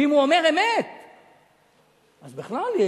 ואם הוא אומר את האמת אז בכלל,